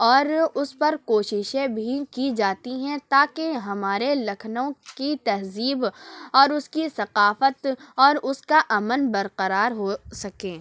اور اُس پر کوششیں بھی کی جاتی ہیں تاکہ ہمارے لکھنؤ کی تہذیب اور اُس کی ثقافت اور اُس کا امن برقرار ہو سکے